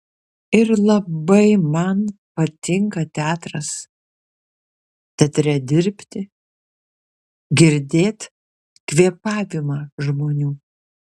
ir labai man patinka teatras teatre dirbti girdėt kvėpavimą žmonių